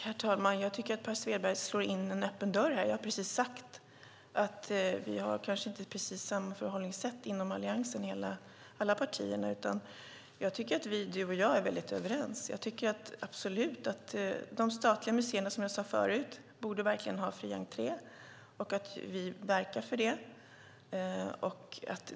Herr talman! Jag tycker att Per Svedberg slår in en öppen dörr. Jag har just sagt att alla partier inom Alliansen kanske inte har precis samma förhållningssätt. Jag tycker att du och jag är väldigt överens. Jag tycker absolut, som jag sade förut, att de statliga museerna verkligen borde ha fri entré, och vi verkar för det.